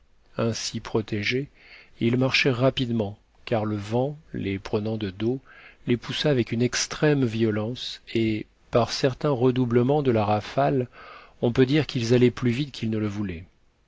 ainsi protégés ils marchèrent rapidement car le vent les prenant de dos les poussa avec une extrême violence et par certains redoublements de la rafale on peut dire qu'ils allaient plus vite qu'ils ne le voulaient